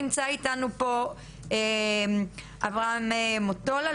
נמצא איתנו פה אברהם מוטולה,